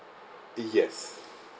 yes